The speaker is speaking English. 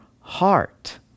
heart